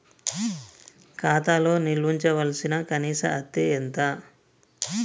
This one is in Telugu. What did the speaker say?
ఖాతా లో నిల్వుంచవలసిన కనీస అత్తే ఎంత?